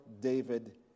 David